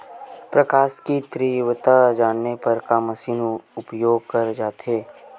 प्रकाश कि तीव्रता जाने बर का मशीन उपयोग करे जाथे?